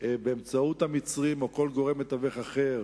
באמצעות המצרים או כל גורם מתווך אחר,